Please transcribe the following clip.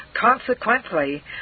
Consequently